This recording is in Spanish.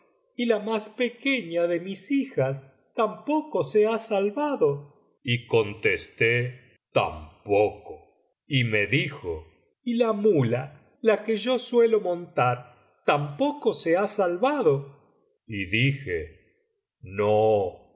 y la más pequeña de mis hijas tampoco se ha salvado y contesté tampoco y me dijo y la muía la que yo suelo montar tampoco se ha salvado y dije no